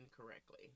correctly